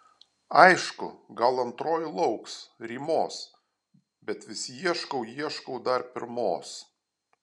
aišku gal antroji lauks rymos bet vis ieškau ieškau dar pirmos